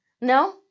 No